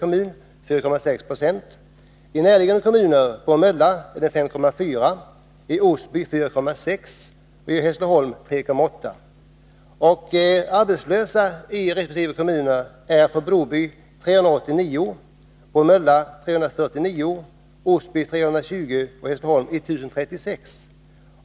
Jag vill också ange siffrorna för några näraliggande kommuner. I Bromölla är arbetslösheten 5,4 Jo, i Osby 4,6 96 och i Hässleholm 3,8 6. Antalet arbetslösa är för Broby 389, för Bromölla 349, för Osby 320 och för Hässleholm 1 036.